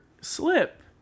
slip